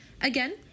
Again